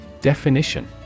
Definition